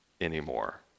anymore